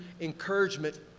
encouragement